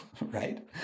right